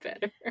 better